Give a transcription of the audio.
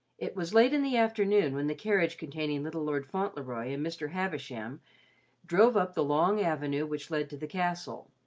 it was late in the afternoon when the carriage containing little lord fauntleroy and mr. havisham drove up the long avenue which led to the castle.